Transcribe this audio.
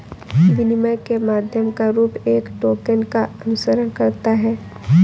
विनिमय के माध्यम का रूप एक टोकन का अनुसरण करता है